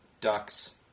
ducks